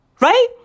right